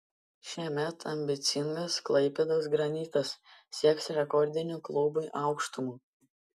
šiemet ambicingas klaipėdos granitas sieks rekordinių klubui aukštumų